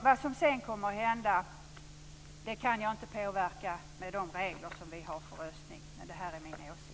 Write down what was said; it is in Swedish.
Vad som sedan kommer att hända kan jag inte påverka, med de regler som vi har för röstning, men det här är min åsikt.